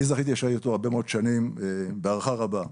אני זכיתי לשרת איתו הרבה מאוד שנים בהערכה רבה.